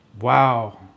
Wow